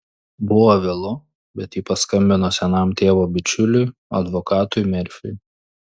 buvo vėlu bet ji paskambino senam tėvo bičiuliui advokatui merfiui